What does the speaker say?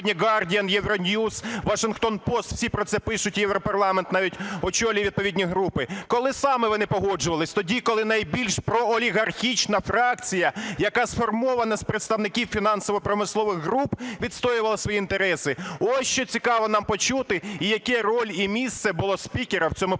Guardian, Euronews, Washington Post, всі про це пишуть, Європарламент навіть очолює відповідні групи. Коли саме ви не погоджувались, тоді, коли найбільш проолігархічна фракція, яка сформована з представників фінансово-промислових груп, відстоювала свої інтереси? Ось що цікаво нам почути. І яка роль і місце було спікера в цьому питанні?